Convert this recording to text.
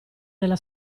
nella